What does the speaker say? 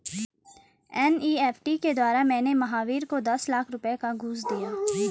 NEFT के द्वारा मैंने महावीर को दस लाख रुपए का घूंस दिया